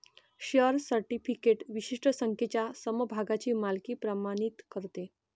share certificate विशिष्ट संख्येच्या समभागांची मालकी प्रमाणित करते